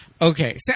Okay